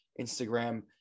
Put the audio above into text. Instagram